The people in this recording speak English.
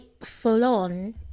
full-on